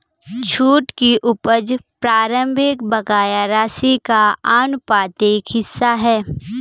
छूट की उपज प्रारंभिक बकाया राशि का आनुपातिक हिस्सा है